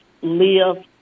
live